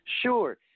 Sure